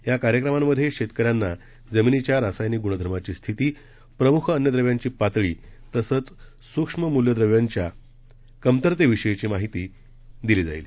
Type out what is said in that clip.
याकार्यक्रमांमधेशेतकऱ्यांनाजमिनीच्यारासायनिकग्णधर्माचीस्थिती प्रम्खअन्नद्रव्यांचीपातळीतसंचसूक्ष्ममूलद्रव्यांच्याकमतरतेविषयीचीमाहितीदिलीजाईल